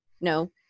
no